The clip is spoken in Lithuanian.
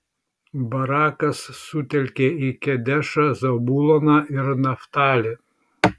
barakas sutelkė į kedešą zabuloną ir naftalį